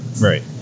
right